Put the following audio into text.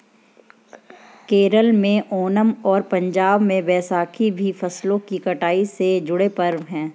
केरल में ओनम और पंजाब में बैसाखी भी फसलों की कटाई से जुड़े पर्व हैं